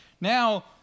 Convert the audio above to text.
now